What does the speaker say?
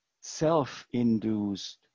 self-induced